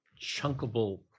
chunkable